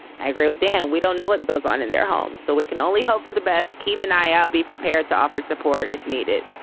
i agree with dan. we don't know what goes on in their home, so we can only hope for the best. keep an eye out. ah be prepared to offer support if needed.